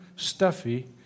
stuffy